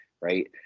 right